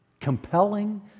compelling